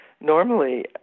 normally